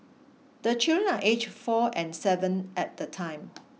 the children are aged four and seven at the time